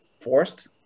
forced